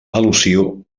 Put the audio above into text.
al·lusiu